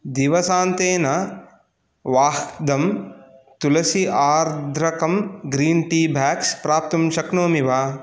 दिवसान्तेन वाह्दम् तुलसी आर्द्रकम् ग्रीन् टी बाग्स् प्राप्तुं शक्नोमि वा